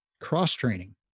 cross-training